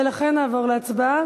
ולכן נעבור להצבעה.